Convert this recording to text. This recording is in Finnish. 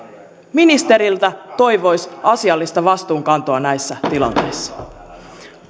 ministeriltä toivoisi asiallista vastuunkantoa näissä tilanteissa